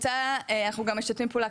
ואנחנו גם משתפים פעולה,